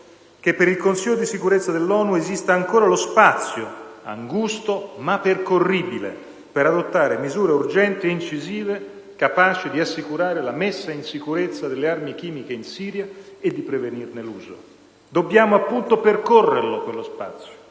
che per il Consiglio di sicurezza dell'ONU esiste ancora lo spazio - angusto ma percorribile - per adottare misure urgenti e incisive capaci di assicurare la messa in sicurezza delle armi chimiche in Siria e di prevenirne l'uso. Dobbiamo appunto percorrerlo, quello spazio.